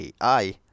AI